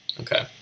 Okay